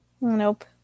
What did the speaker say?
Nope